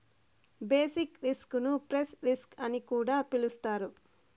basic risk ను price risk అని కూడా పిలుత్తారు